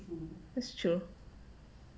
that's true